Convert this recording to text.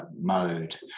mode